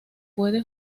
puede